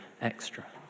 extra